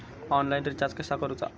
Online recharge कसा करूचा?